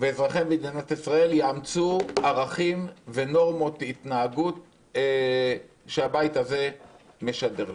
ואזרחי מדינת ישראל יאמצו ערכים ונורמות התנהגות שהבית הזה משדר להם.